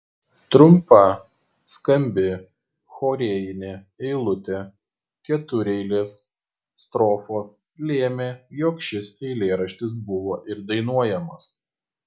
trumpa skambi chorėjinė eilutė ketureilės strofos lėmė jog šis eilėraštis buvo ir dainuojamas